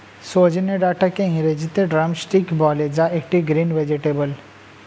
সজনে ডাটাকে ইংরেজিতে ড্রামস্টিক বলে যা একটি গ্রিন ভেজেটাবেল